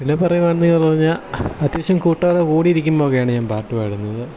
പിന്നെ പറയുകയാണെന്നു പറഞ്ഞാൽ അത്യാവശ്യം കൂട്ടുകാരുടെ കൂടെ ഇരിക്കുമ്പോഴൊക്കെയാണ് ഞാൻ പാട്ടു പാടുന്നത്